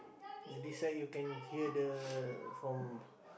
you decide you can hear the from